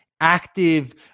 active